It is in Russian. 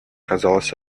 казалось